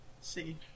see